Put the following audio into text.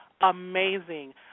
amazing